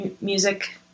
music